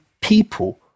people